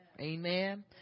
Amen